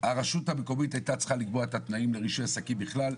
הרשות המקומית הייתה צריכה לקבוע את התנאים לרישוי עסקים בכלל,